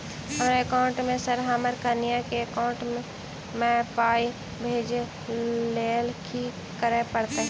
हमरा एकाउंट मे सऽ हम्मर कनिया केँ एकाउंट मै पाई भेजइ लेल की करऽ पड़त?